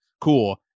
Cool